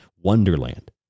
wonderland